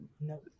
No